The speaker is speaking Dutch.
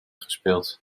gespeeld